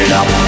up